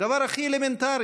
דבר הכי אלמנטרי.